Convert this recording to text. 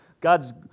God's